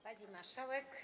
Pani Marszałek!